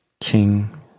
King